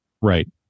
Right